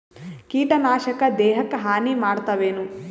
ಕೀಟನಾಶಕ ದೇಹಕ್ಕ ಹಾನಿ ಮಾಡತವೇನು?